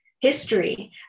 history